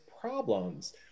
problems